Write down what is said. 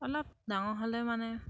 অলপ ডাঙৰ হ'লে মানে